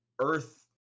earth